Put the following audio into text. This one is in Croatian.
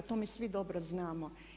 To mi svi dobro znamo.